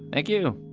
thank you.